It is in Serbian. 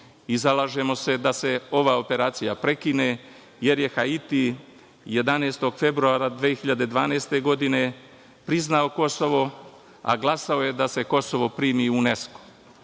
i zalažemo se da se ova operacija prekine, jer je Haiti 11. februara 2012. godine priznao Kosovo, a glasao je da se Kosovo primi u UNESKO.